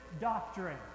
doctrine